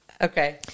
Okay